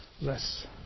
less